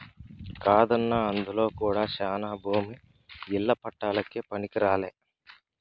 కాదన్నా అందులో కూడా శానా భూమి ఇల్ల పట్టాలకే పనికిరాలే